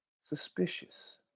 suspicious